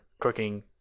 cooking